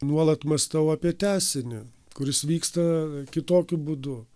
nuolat mąstau apie tęsinį kuris vyksta kitokiu būdu